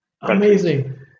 Amazing